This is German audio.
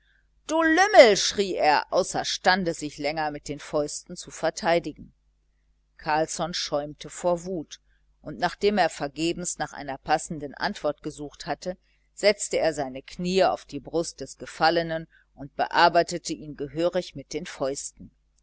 du lümmel schrie er außerstande sich länger mit den fäusten zu verteidigen carlsson schäumte vor wut und nachdem er vergebens nach einer passenden antwort gesucht hatte setzte er seine knie auf die brust des gefallenen und bearbeitete ihn gehörig mit den fäusten